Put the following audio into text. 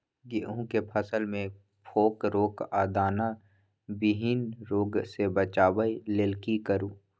गेहूं के फसल मे फोक रोग आ दाना विहीन रोग सॅ बचबय लेल की करू?